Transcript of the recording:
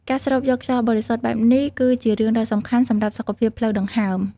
ការស្រូបយកខ្យល់បរិសុទ្ធបែបនេះគឺជារឿងដ៏សំខាន់សម្រាប់សុខភាពផ្លូវដង្ហើម។